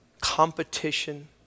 competition